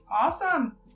awesome